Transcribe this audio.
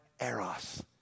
eros